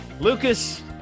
Lucas